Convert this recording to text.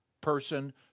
person